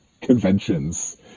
conventions